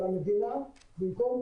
אבל המדינה במקום,